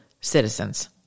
citizens